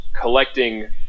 collecting